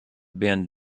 been